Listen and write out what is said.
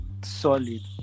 solid